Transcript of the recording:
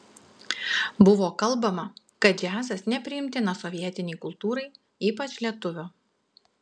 buvo kalbama kad džiazas nepriimtinas sovietinei kultūrai ypač lietuvių